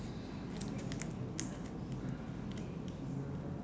<S.